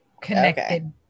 connected